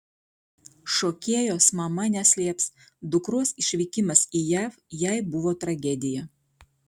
šokėjos mama neslėps dukros išvykimas į jav jai buvo tragedija